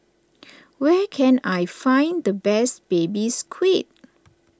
where can I find the best Baby Squid